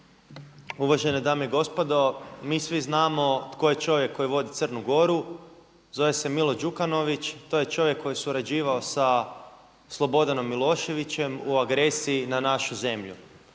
Uvažene dame i gospodo, mi svi znamo tko je čovjek koji vodi Crnu Goru, zove se Milo Đukanović, to je čovjek koji je surađivao sa Slobodanom Miloševićem u agresiji na našu zemlju.